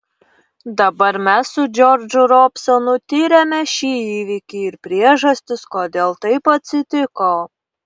dabar mes su džordžu robsonu tiriame šį įvykį ir priežastis kodėl taip atsitiko